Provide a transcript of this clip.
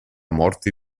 morte